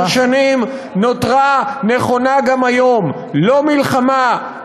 שנים נותרה נכונה גם היום: לא מלחמה,